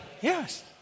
Yes